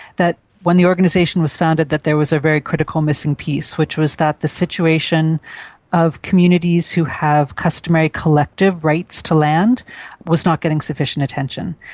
that when the organisation was founded that there was a very critical missing piece which was that the situation of communities who have customary collective rights to land was not getting sufficient attention.